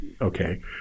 okay